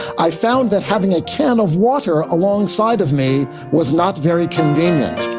i found that having a can of water alongside of me was not very convenient.